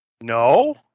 No